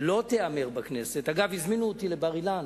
לא תיאמר בכנסת, אגב, הזמינו אותי לבר-אילן